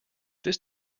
this